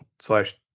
slash